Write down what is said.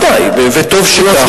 ודאי, וטוב שכך.